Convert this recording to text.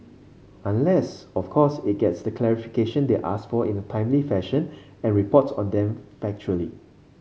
unless of course it gets the clarification they ask for in a timely fashion and reports on them factually